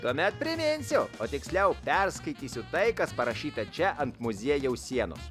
tuomet priminsiu o tiksliau perskaitysiu tai kas parašyta čia ant muziejaus sienos